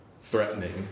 threatening